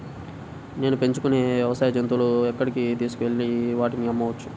నేను పెంచుకొనే వ్యవసాయ జంతువులను ఎక్కడికి తీసుకొనివెళ్ళి వాటిని అమ్మవచ్చు?